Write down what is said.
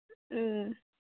ꯎꯝ